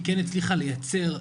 כן הצליחה לייצר,